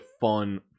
fun